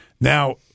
now